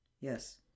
Yes